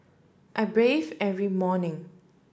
I bathe every morning